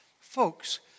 Folks